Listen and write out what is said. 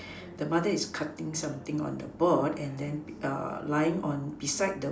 the mother is cutting something on the board and then lying on beside the